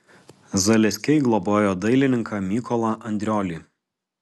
zaleskiai globojo dailininką mykolą andriolį